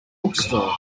bookstore